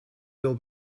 will